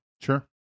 Sure